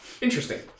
interesting